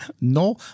no